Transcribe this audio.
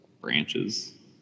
branches